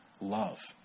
love